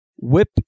Whip